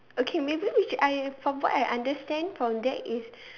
okay maybe we should I from what I understand from that is